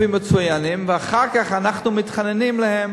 רופאים מצוינים, ואחר כך אנחנו מתחננים אליהם